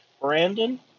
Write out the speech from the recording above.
Brandon